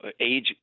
age